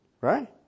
Right